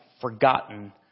forgotten